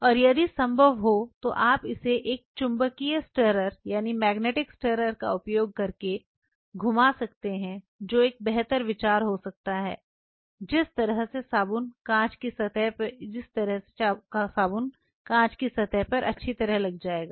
और यदि संभव हो तो आप इसे एक चुंबकीय स्टिरर का उपयोग करके घुमा सकते हैं जो एक बेहतर विचार हो सकता है जिस तरह से साबुन कांच की सतह पर होगा